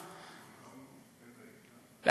שהתרחשה,